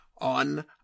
on